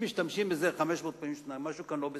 אם משתמשים בזה 500 פעמים בשנה, משהו כאן לא בסדר.